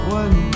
one